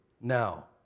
now